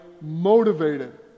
motivated